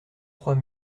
trois